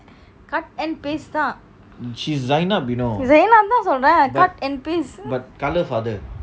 cut and paste தான்:thaan zaynab தான் சொல்றன்:thaan solran cut and paste